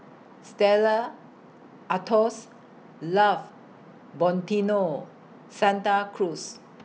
Stella Artois Love Santa Cruz